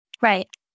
Right